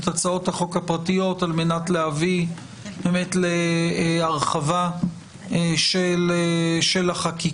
את הצעות החוק הפרטיות על מנת להביא להרחבה של החקיקה